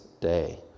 Day